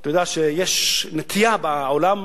אתה יודע שיש נטייה בעולם